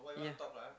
yeah